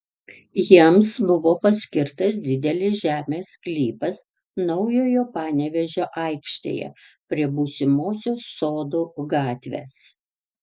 jiems buvo paskirtas didelis žemės sklypas naujojo panevėžio aikštėje prie būsimosios sodų gatvės